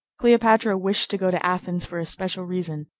cleopatra wished to go to athens for a special reason.